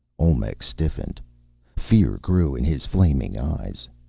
olmec stiffened fear grew in his flaming eyes.